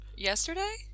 Yesterday